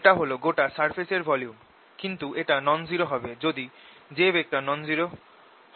এটা হল গোটা সারফেসের ভলিউম কিন্তু এটা নন জিরো হবে যখনি j নন জিরো হবে